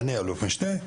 ואני אלוף משנה.